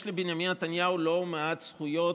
יש לבנימין נתניהו לא מעט זכויות,